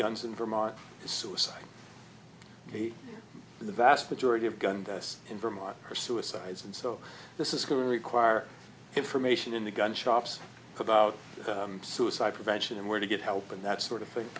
guns in vermont suicide the vast majority of gun deaths in vermont are suicides and so this is who require information in the gun shops about suicide prevention and where to get help and that sort of thing